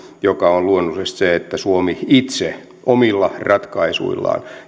joka on luonnollisesti se että suomi itse omilla ratkaisuillaan